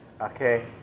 okay